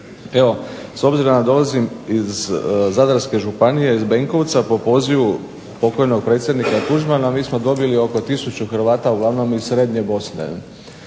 evo s obzirom da dolazim iz Zadarske županije, iz Benkovca, po pozivu pokojnog predsjednika Tuđmana mi smo dobili oko tisuću Hrvata uglavnom iz srednje Bosne.